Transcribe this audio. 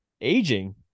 aging